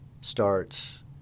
starts